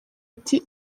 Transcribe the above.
ati